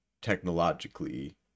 technologically